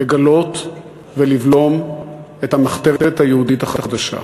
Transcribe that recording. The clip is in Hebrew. לגלות ולבלום את המחתרת היהודית החדשה.